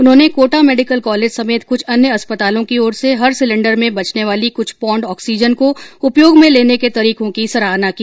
उन्होंने Kota medical college समेत कुछ अन्य अस्पतालों की ओर से हर सिलेंडर में बचने वाली कुछ पौंड ऑक्सीजन को उपयोग में लेने के तरीकों की सराहना की